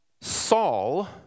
Saul